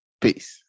peace